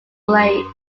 lakes